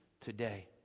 today